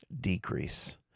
Decrease